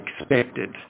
expected